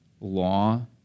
law